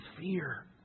fear